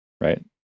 right